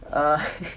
err